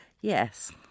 Yes